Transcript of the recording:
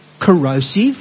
corrosive